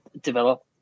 develop